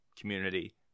community